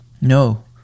No